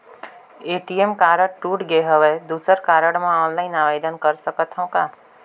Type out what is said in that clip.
ATM card टूट गे हववं दुसर कारड बर ऑनलाइन आवेदन कर सकथव का?